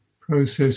process